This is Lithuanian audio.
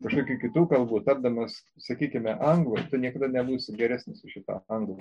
kažkokių kitų galbų tapdamas sakykime anglas tu niekada nebūsi geresnis už šitą anglą